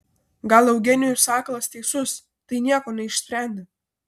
gal eugenijus sakalas teisus tai nieko neišsprendė